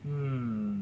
hmm